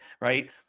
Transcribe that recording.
right